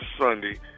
Sunday